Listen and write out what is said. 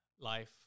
life